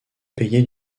payées